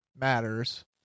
matters